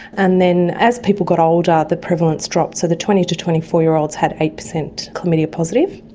and then as people got older the prevalence dropped. so the twenty to twenty four year olds had eight percent chlamydia positive.